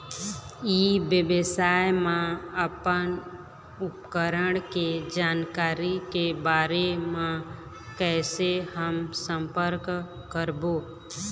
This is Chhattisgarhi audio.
ई व्यवसाय मा अपन उपकरण के जानकारी के बारे मा कैसे हम संपर्क करवो?